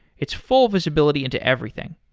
it's full visibility into everything.